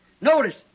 Notice